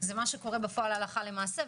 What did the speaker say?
זה מה שקורה בפועל הלכה למעשה.